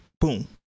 Boom